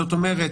זאת אומרת,